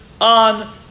on